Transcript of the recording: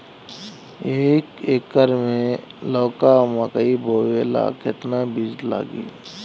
एक एकर मे लौका मकई बोवे ला कितना बिज लागी?